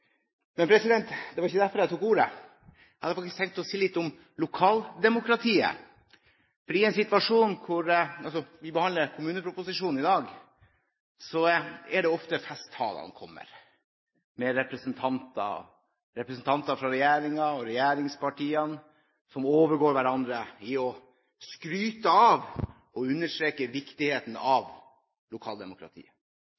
Men det var ikke derfor jeg tok ordet. Jeg hadde faktisk tenkt å si litt om lokaldemokratiet. Vi behandler kommuneproposisjonen i dag, og der er det ofte festtalene kommer, med representanter fra regjeringen og regjeringspartiene som overgår hverandre i å skryte av og understreke viktigheten